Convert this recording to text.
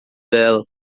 dela